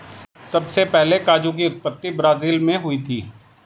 सबसे पहले काजू की उत्पत्ति ब्राज़ील मैं हुई थी